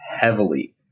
heavily